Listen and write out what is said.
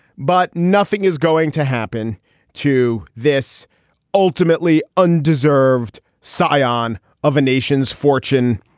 but nothing is going to happen to this ultimately undeserved scion of a nation's fortune.